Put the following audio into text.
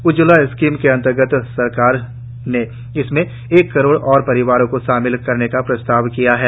Ujjwala scheme के अंतर्गत सरकार ने इसमें एक करोड़ और परिवारों को शामिल करने का प्रस्ताव किया है